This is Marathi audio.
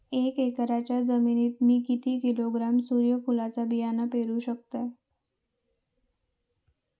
एक एकरच्या जमिनीत मी किती किलोग्रॅम सूर्यफुलचा बियाणा पेरु शकतय?